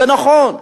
זה נכון.